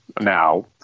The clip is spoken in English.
now